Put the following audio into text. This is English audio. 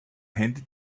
handed